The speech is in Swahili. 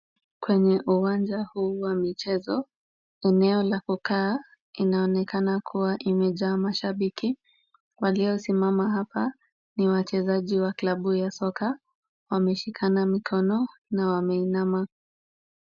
Kwenye uwanja huu wa mchezo, eneo la kukaa inaonekana kuwa imejaa mashabiki waliosimama hapa ni wachezaji wa klabu ya soka ,wameshikana mikono na wameinama.